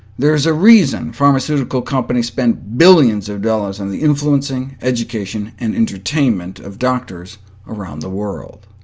there is a reason pharmaceutical companies spend billions of dollars on the influencing, education, and entertainment of doctors around the world.